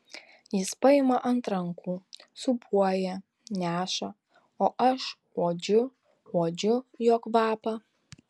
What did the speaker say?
jis paima ant rankų sūpuoja neša o aš uodžiu uodžiu jo kvapą